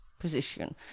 position